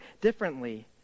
differently